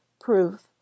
proof